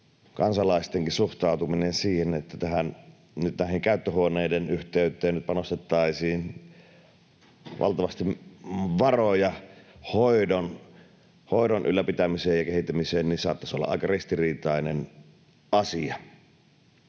kansalaistenkin suhtautuminen siihen, että nyt näiden käyttöhuoneiden yhteyteen panostettaisiin valtavasti varoja hoidon ylläpitämiseen ja kehittämiseen, saattaisi olla aika ristiriitainen asia.